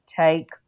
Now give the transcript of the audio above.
take